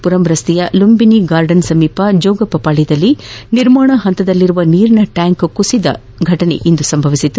ಪುರಂ ರಸ್ತೆಯ ಲುಂಬಿನಿ ಗಾರ್ಡನ್ ಸಮೀಪ ಜೋಗಪ್ಪ ಪಾಳ್ಯದಲ್ಲಿ ನಿರ್ಮಾಣ ಹಂತದಲ್ಲಿರುವ ನೀರಿನ ಟ್ಯಾಂಕ್ ಕುಸಿದ ದುರ್ಘಟನೆ ಇಂದು ಸಂಭವಿಸಿದೆ